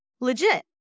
Legit